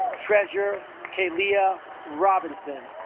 treasure kailia robinson